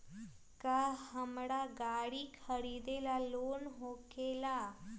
का हमरा गारी खरीदेला लोन होकेला?